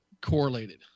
correlated